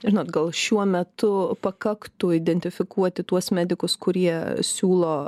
žinot gal šiuo metu pakaktų identifikuoti tuos medikus kurie siūlo